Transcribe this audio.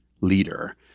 leader